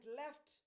left